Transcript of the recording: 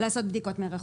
לעשות בדיקות מרחוק.